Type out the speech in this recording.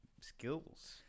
skills